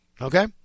Okay